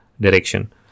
direction